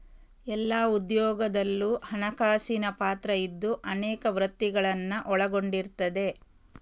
ಎಲ್ಲಾ ಉದ್ಯೋಗದಲ್ಲೂ ಹಣಕಾಸಿನ ಪಾತ್ರ ಇದ್ದು ಅನೇಕ ವೃತ್ತಿಗಳನ್ನ ಒಳಗೊಂಡಿರ್ತದೆ